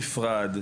נפרד,